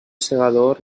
segador